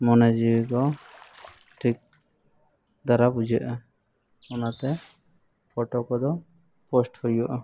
ᱢᱚᱱᱮ ᱡᱤᱣᱤ ᱠᱚ ᱴᱷᱤᱠ ᱫᱷᱟᱨᱟ ᱵᱩᱡᱷᱟᱹᱜᱼᱟ ᱚᱱᱟᱛᱮ ᱯᱷᱳᱴᱳ ᱠᱚᱫᱚ ᱯᱳᱥᱴ ᱦᱩᱭᱩᱜᱼᱟ